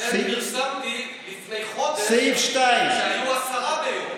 סעיף 2, לכן פרסמתי לפני חודש, כשהיו עשרה ביום.